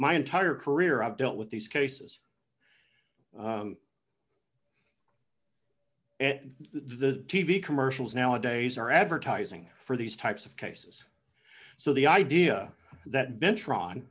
my entire career i've dealt with these cases and the t v commercials nowadays are advertising for these types of cases so the idea that venture on